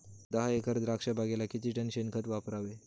दहा एकर द्राक्षबागेला किती टन शेणखत वापरावे?